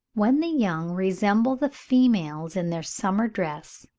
when the young resemble the females in their summer dress,